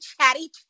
chatty